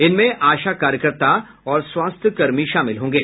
इनमें आशा कार्यकर्ता और स्वास्थ्य कर्मी शामिल होंगे